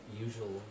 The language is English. usual